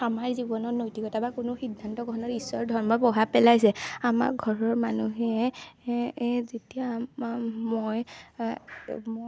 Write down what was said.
আমাৰ জীৱনত নৈতিকতা বা কোনো সিদ্ধান্ত গঠনত ঈশ্বৰ ধৰ্মই প্ৰভাৱ পেলাইছে আমাৰ ঘৰৰ মানুহে যেতিয়া বা মই